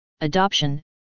adoption